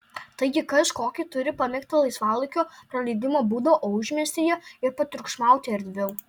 taigi kas kokį turi pamėgtą laisvalaikio praleidimo būdą o užmiestyje ir patriukšmauti erdviau